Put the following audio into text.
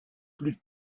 plus